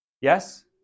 Yes